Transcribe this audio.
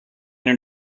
your